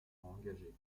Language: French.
engagé